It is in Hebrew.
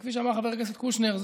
וכפי שאמר חבר הכנסת קושניר,